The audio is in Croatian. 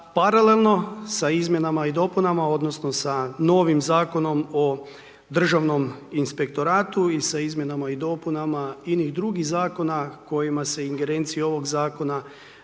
paralelno sa izmjenama i dopunama odnosno sa novim Zakonom o Državnom inspektoratu i sa izmjenama i dopunama inih drugih zakona kojima se ingerencija ovog Zakona